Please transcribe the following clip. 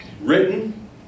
written